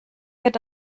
wird